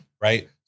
Right